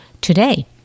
today